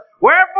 Wherefore